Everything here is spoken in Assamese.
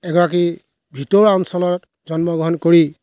এগৰাকী ভিতৰুৱা অঞ্চলত জন্ম গ্ৰহন কৰি